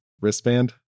wristband